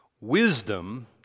Wisdom